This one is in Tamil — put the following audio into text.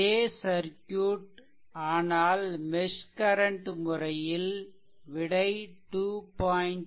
அதே சர்க்யூட் ஆனால் மெஷ் கரன்ட் முறையில் விடை 2